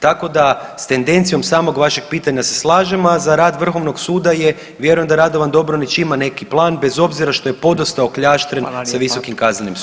Tako da, s tendencijom samog vašeg pitanja se slažem, a za rad Vrhovnog suda je, vjerujem da Radovan Dobronić ima neki plan, bez obzira što je podosta okljaštren sa Visokim kaznenim sudom.